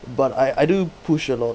but I I do push a lot